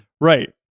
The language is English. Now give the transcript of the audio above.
Right